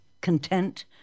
content